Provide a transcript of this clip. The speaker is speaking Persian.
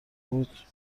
بود